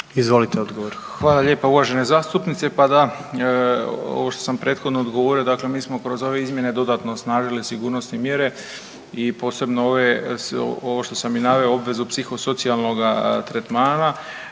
Ivan (HDZ)** Hvala lijepa uvažena zastupnice. Pa da, ovo što sam prethodno odgovorio mi smo kroz ove izmjene dodatno osnažili sigurnosne mjere i posebno ovo što sam i naveo obvezu psihosocijalnoga tretmana,